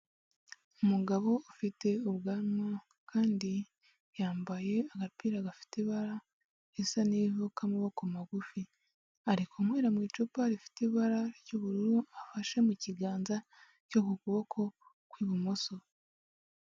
Umugabo ufite ubwanwa kandi yambaye agapira gafite ibara risa n'ivu k'amaboko magufi, ari kunywera mu icupa rifite ibara ry'ubururu afashe mu kiganza cyo ku kuboko kw'ibumoso.